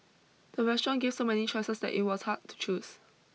the restaurant gave so many choices that it was hard to choose